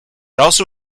also